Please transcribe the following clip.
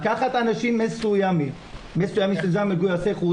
לקחת אנשים מסוימים שזה מגויסי החוץ